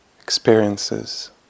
experiences